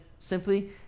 simply